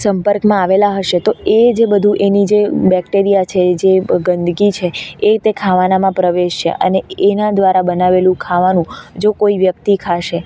સંપર્કમાં આવેલાં હશે તો એ જે બધું એની જે બેક્ટેરિયા છે જે ગંદગી છે એ તે ખાવાનામાં પ્રવેશશે અને એના દ્વારા બનાવેલું ખાવાનું જો કોઈ વ્યક્તિ ખાશે